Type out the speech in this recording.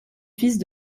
fils